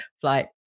flight